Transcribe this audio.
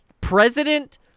president